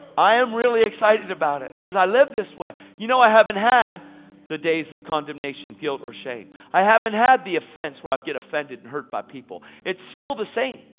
i am really excited about it cause i live this way. you know i haven't had the days of condemnation, guilt or shame. i haven't had the offense where i get offended and hurt by people. it's still the same.